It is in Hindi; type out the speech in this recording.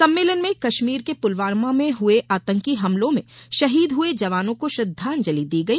सम्मेलन में कश्मीर के पुलवामा में हए आतंकी हमलों में शहीद हए जवानों को श्रद्वांजलि दी गई